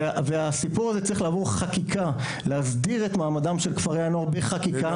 והסיפור הזה צריך לעבור חקיקה להסדיר את מעמדם של כפרי הנוער בחקיקה.